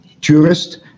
tourist